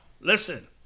listen